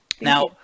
Now